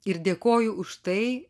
ir dėkoju už tai